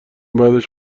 بعدش